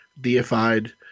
Deified